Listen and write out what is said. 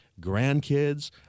grandkids